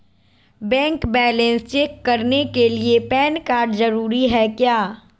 Bank balance check करने के लिए पैन कार्ड जरूरी है क्या?